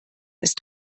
ist